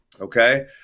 Okay